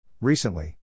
Recently